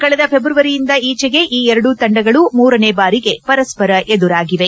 ಕಳೆದ ಫೆಬ್ರವರಿಯಿಂದೀಚೆಗೆ ಈ ಎರಡೂ ತಂಡಗಳು ಮೂರನೆ ಬಾರಿಗೆ ಪರಸ್ಪರ ಎದುರಾಗಿವೆ